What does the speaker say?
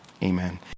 Amen